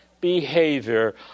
behavior